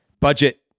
budget